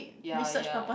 ya ya ya